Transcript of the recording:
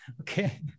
Okay